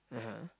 (uh huh)